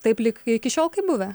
taip lyg iki šiol kaip buvę